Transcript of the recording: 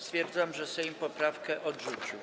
Stwierdzam, że Sejm poprawkę odrzucił.